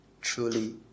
truly